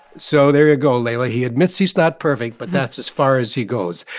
so there you go, leila. he admits he's not perfect. but that's as far as he goes.